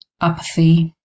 apathy